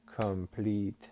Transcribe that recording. complete